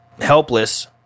helpless